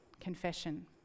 Confession